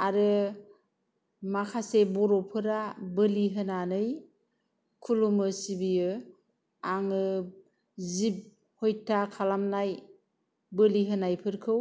आरो माखासे बर'फोरा बोलि होनानै खुलुमो सिबियो आङो जिब हत्या खालामनाय बोलि होनायफोरखौ